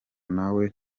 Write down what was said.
nawe